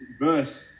verse